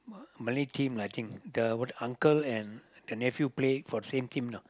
Malay team lah I think the what uncle and the nephew play for the same team lah